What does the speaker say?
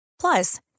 Plus